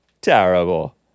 Terrible